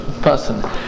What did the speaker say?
person